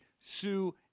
Sue